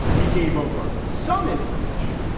he gave over some information,